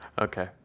okay